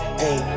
hey